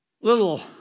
Little